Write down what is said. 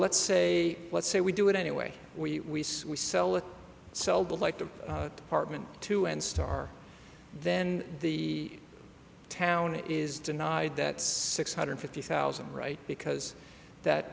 let's say let's say we do it anyway we we sell it sell the like the department to and star then the town is denied that six hundred fifty thousand right because that